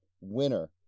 winner